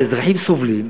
ואזרחים סובלים,